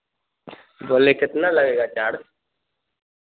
बोल रहे हैं कितना लगेगा चार्ज